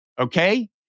okay